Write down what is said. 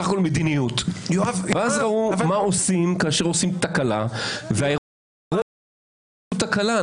בסך הכול מדיניות ואז ראו מה עושים כאשר עושים תקלה והאירוע הוא תקלה.